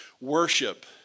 worship